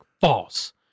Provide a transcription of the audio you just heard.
false